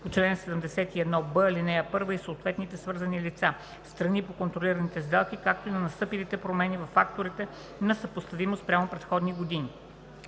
по чл. 71б, ал. 1 и съответните свързани лица – страни по контролираните сделки, както и на настъпилите промени във факторите на съпоставимост спрямо предходни години;